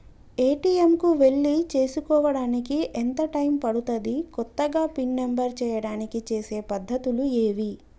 ATM కు వెళ్లి చేసుకోవడానికి ఎంత టైం పడుతది? కొత్తగా పిన్ నంబర్ చేయడానికి చేసే పద్ధతులు ఏవి?